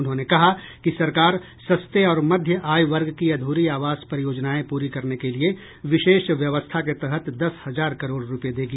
उन्होंने कहा कि सरकार सस्ते और मध्य आय वर्ग की अध्री आवास परियोजनाएं पूरी करने के लिए विशेष व्यवस्था के तहत दस हजार करोड़ रुपये देगी